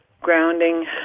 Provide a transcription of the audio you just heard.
grounding